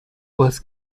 was